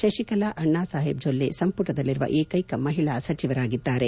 Shashikala Annasaheb Jolle ಸಂಪುಟದಲ್ಲಿರುವ ಏಕೈಕ ಮಹಿಳಾ ಸಚಿವರಾಗಿದ್ದಾರೆ